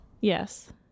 yes